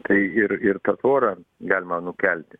tai ir ir tą tvorą galima nukelti